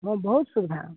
वहाँ बहुत सुविधा है